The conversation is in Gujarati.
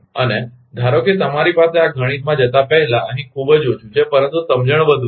અને ધારો કે તમારી પાસે આ ગણિતમાં જતા પહેલા અહીં ખૂબ ઓછું છે પરંતુ સમજણ વધુ છે